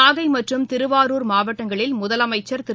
நாகைமற்றும் திருவாரூர் மாவட்டங்களில் முதலமைச்சர் திரு